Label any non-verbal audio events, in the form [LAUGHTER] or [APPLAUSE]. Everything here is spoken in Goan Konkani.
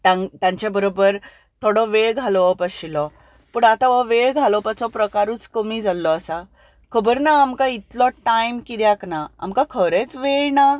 [UNINTELLIGIBLE] तांचे बरोबर थोडो वेळ घालोवप आशिल्लो पूण आतां हो वेळ घालोवपाचो प्रकारूच कमी जाल्लो आसा खबर ना आमकां इतलो टायम कित्याक ना आमकां खरेंच वेळ ना